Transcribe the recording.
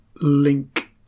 link